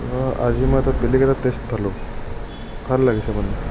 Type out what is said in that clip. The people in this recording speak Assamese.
আজি মই এটা বেলেগ এটা টেষ্ট পালো ভাল লাগিছে মানে